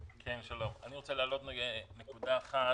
שלום, אני רוצה להעלות נקודה אחת.